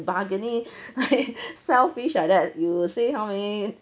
bargaining like sell fish like that you will say how many